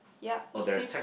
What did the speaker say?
yeap it says